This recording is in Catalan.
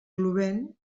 plovent